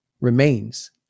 remains